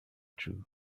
true